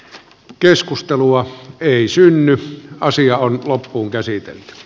keskustelua ei synny asia on asiasta